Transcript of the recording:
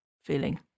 feeling